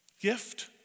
Gift